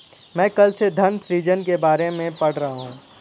मैं कल से धन सृजन के बारे में पढ़ रहा हूँ